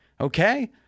Okay